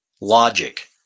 logic